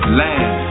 land